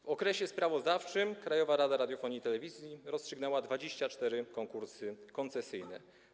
W okresie sprawozdawczym Krajowa Rada Radiofonii i Telewizji rozstrzygnęła 24 konkursy koncesyjne.